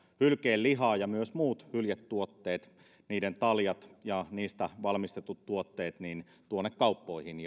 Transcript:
hylkeen liha ja myös muut hyljetuotteet niiden taljat ja niistä valmistetut tuotteet kauppoihin